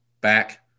back